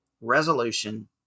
resolution